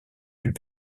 plus